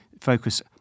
focus